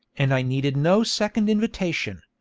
and i needed no second invitation.